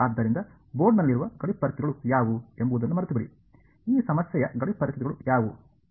ಆದ್ದರಿಂದ ಬೋರ್ಡ್ನಲ್ಲಿರುವ ಗಡಿ ಪರಿಸ್ಥಿತಿಗಳು ಯಾವುವು ಎಂಬುದನ್ನು ಮರೆತುಬಿಡಿ ಈ ಸಮಸ್ಯೆಯ ಗಡಿ ಪರಿಸ್ಥಿತಿಗಳು ಯಾವುವು